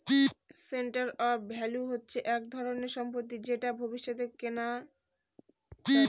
store of value হচ্ছে এক ধরনের সম্পত্তি যেটা ভবিষ্যতে কেনা যায়